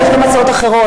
יש גם הצעות אחרות.